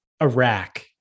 Iraq